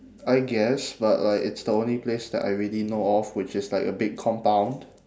I guess but like it's the only place that I already know of which is like a big compound